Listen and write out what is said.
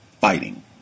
fighting